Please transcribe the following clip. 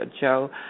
Joe